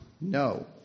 No